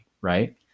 Right